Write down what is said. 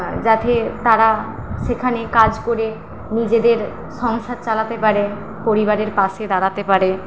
যাতে তারা সেখানে কাজ করে নিজেদের সংসার চালাতে পারে পরিবারের পাশে দাঁড়াতে পারে